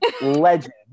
legend